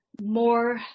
more